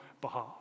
behalf